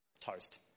toast